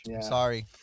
Sorry